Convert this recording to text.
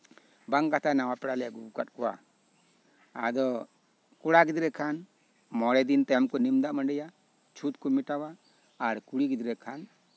ᱵᱟᱝᱠᱟᱛᱷᱟᱡ ᱱᱟᱣᱟ ᱯᱮᱲᱟ ᱞᱮ ᱟᱹᱜᱩ ᱠᱟᱜ ᱠᱚᱣᱟ ᱟᱫᱚ ᱠᱚᱲᱟ ᱜᱤᱫᱽᱨᱟᱹ ᱠᱷᱟᱱ ᱢᱚᱬᱮ ᱫᱤᱱ ᱛᱟᱭᱚᱢ ᱠᱚ ᱱᱤᱢ ᱫᱟᱜ ᱢᱟᱹᱰᱤᱭᱟ ᱪᱷᱩᱸᱛ ᱠᱚ ᱢᱮᱴᱟᱣᱟ ᱟᱨ ᱠᱩᱲᱤ ᱜᱤᱫᱽᱨᱟᱹ ᱠᱷᱟᱱ